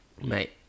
mate